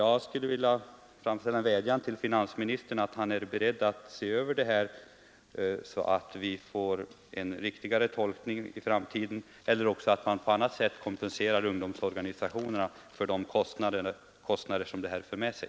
Jag skulle vilja framföra en vädjan till finansministern om en översyn av dessa frågor så att vi får en riktigare tolkning i framtiden eller så att ungdomsorganisationerna på annat sätt kompenseras för de kostnader den här bestämmelsen för med sig.